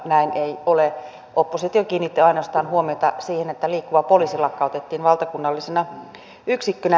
näin ei ole oppositio kiinnitti ainoastaan huomiota siihen että liikkuva poliisi lakkautettiin valtakunnallisena yksikkönä